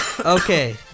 Okay